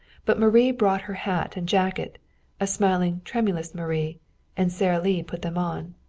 but marie brought her hat and jacket a smiling, tremulous marie and sara lee put them on.